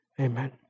Amen